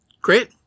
Great